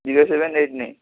zero seven eight nine